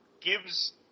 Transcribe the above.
gives